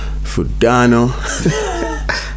Fudano